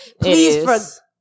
please